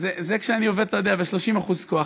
זה כשאני עובד, אתה יודע, ב-30% כוח.